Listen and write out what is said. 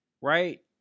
Right